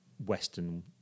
Western